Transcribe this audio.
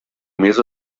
més